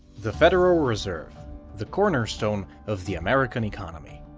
the federal reserve the cornerstone of the american economy.